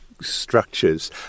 structures